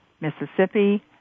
Mississippi